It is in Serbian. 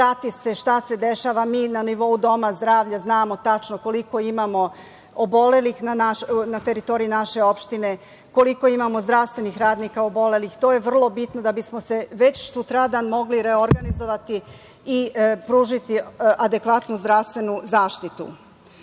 šta se dešava, i na nivou doma zdravlja znamo tačno koliko imamo obolelih na teritoriji naše opštine, koliko imamo zdravstvenih radnika obolelih. To je vrlo bitno da bismo se već sutradan mogli reorganizovati i pružiti adekvatnu zdravstvenu zaštitu. Možda